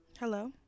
Hello